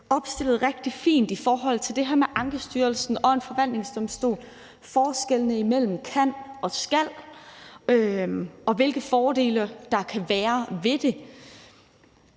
opstillede det rigtig fint i forhold til det her med Ankestyrelsen og en forvaltningsdomstol, forskellene imellem »kan« og »skal«, og hvilke fordele der kan være ved det.